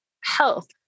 health